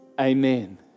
Amen